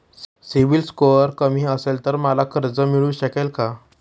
CIBIL score कमी असेल तर मला कर्ज मिळू शकेल का?